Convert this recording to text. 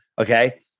okay